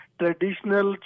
traditional